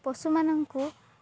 ପଶୁମାନଙ୍କୁ